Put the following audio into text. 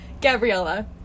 Gabriella